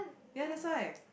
ya that's why